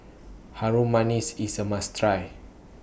Harum Manis IS A must Try